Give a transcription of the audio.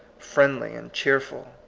friendly, and cheerful.